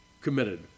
committed